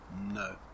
No